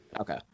Okay